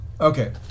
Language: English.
Okay